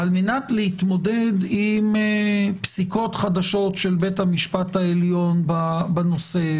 על מנת להתמודד עם פסיקות חדשות של בית המשפט העליון בנושא,